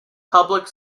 public